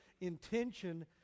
intention